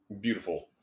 beautiful